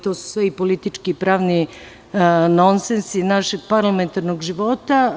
To su i politički i pravni nonsensi našeg parlamentarnog života.